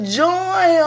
joy